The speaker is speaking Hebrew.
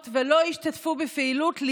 כשיש החלטות מן הסוג הזה,